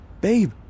Babe